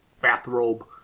bathrobe